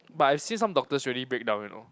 but I see some doctors really breakdown you know